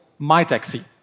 MyTaxi